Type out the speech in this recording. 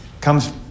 Comes